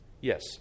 Yes